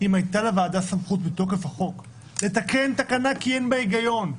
אם הייתה לוועדה סמכות בתוקף החוק לתקן תקנה כי אין בה היגיון,